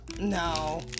no